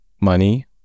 money